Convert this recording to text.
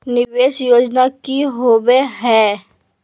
निवेस योजना की होवे है?